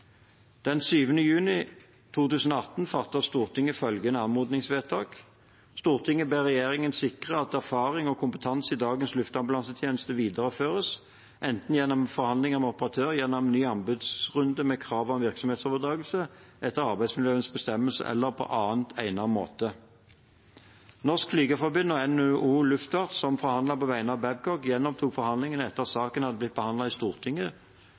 juni 2018 fattet Stortinget følgende anmodningsvedtak: «Stortinget ber regjeringen sikre at erfaring og kompetanse i dagens luftambulansetjeneste videreføres, enten gjennom forhandlinger med operatør, gjennom ny anbudsrunde med krav om virksomhetsoverdragelse etter arbeidsmiljølovens bestemmelser eller på annen egnet måte.» Norsk Flygerforbund og NHO Luftfart, som forhandlet på vegne av Babcock, gjenopptok forhandlingene etter at sakene hadde blitt behandlet i Stortinget.